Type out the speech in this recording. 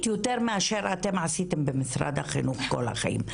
יותר מאשר אתם עשיתם במשרד החינוך כל החיים.